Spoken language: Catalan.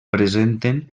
presenten